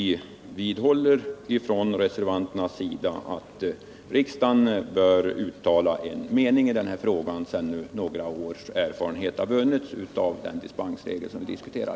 Vi reservanter vidhåller att riksdagen bör uttala en mening i den här frågan nu när några års erfarenhet har vunnits av den dispensregel vi diskuterar.